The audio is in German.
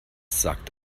sagt